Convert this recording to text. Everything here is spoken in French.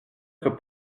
être